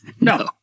No